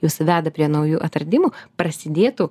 jus veda prie naujų atradimų prasidėtų